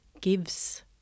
gives